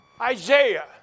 Isaiah